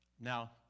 Now